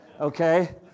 okay